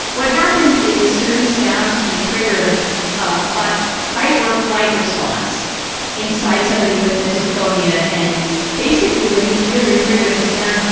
what happens is, certain sounds can trigger the ah but fight-or-flight response inside somebody with misophonia, and basically, when you hear your triggering sound,